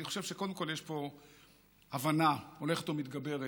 אני חושב שקודם כול יש פה הבנה הולכת ומתגברת